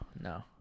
no